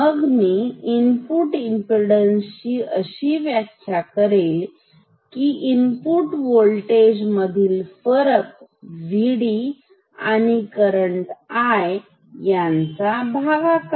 मग मी input impedance ची अशी व्याख्या देईल की इनपुट होल्टेज मधील फरक आणि करंट यांचा भागाकार